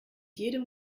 jedem